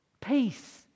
Peace